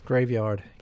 Graveyard